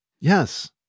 yes